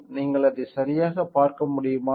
நீங்கள் அதை சரியாக பார்க்க முடியுமா